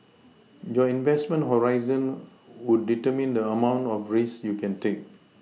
your investment horizon would determine the amount of risks you can take